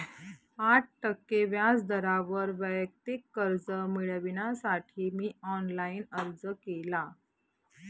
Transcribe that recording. आठ टक्के व्याज दरावर वैयक्तिक कर्ज मिळविण्यासाठी मी ऑनलाइन अर्ज केला